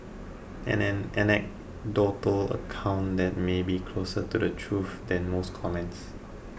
and an anecdotal account that may be closer to the truth than most comments